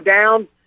down